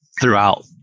throughout